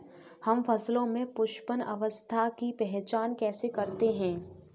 हम फसलों में पुष्पन अवस्था की पहचान कैसे करते हैं?